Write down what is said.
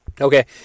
okay